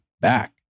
back